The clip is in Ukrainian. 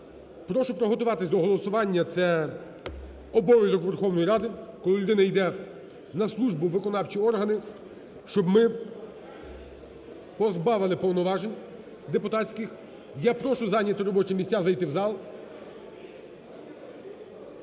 прошу приготуватись до голосування. Це обов'язок Верховної Ради, коли людина йде на службу в виконавчі органи, щоб ми позбавили повноважень депутатських. Я прошу зайняти робочі місця, зайти в зал.